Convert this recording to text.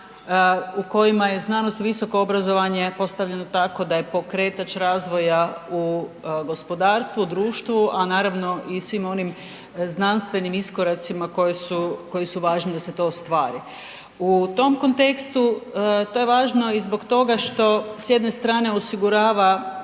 u kojima je znanost i visoko obrazovanje postavljeno tako da je pokretač razvoja u gospodarstvu, u društvu, a naravno i svim onim znanstvenim iskoracima koji su važni da se to ostvari. U tom kontekstu to je važno i zbog toga što s jedne strane osigurava